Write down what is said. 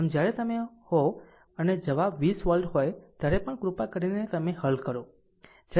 આમ જ્યારે તમે હો અને જવાબ 20 વોલ્ટ હોય ત્યારે પણ કૃપા કરીને તમે હલ કરો